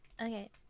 Okay